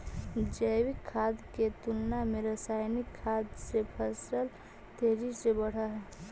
जैविक खाद के तुलना में रासायनिक खाद से फसल तेजी से बढ़ऽ हइ